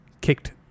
Kicked